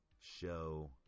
show